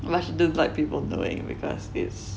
don't like people knowing because is